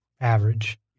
average